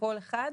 שכל אחד,